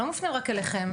לא מופנים רק אליכם.